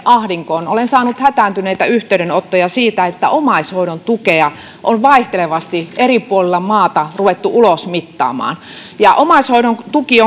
ahdinkoon olen saanut hätääntyneitä yhteydenottoja siitä että omaishoidon tukea on vaihtelevasti eri puolilla maata ruvettu ulosmittaamaan ja omaishoidon tuki